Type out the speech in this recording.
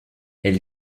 elle